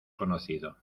conocido